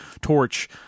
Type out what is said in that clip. torch